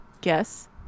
Guess